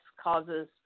causes